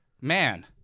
man